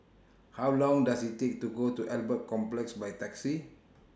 How Long Does IT Take to Go to Albert Complex By Taxi